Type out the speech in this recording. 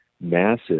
massive